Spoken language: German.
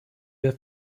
wir